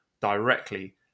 directly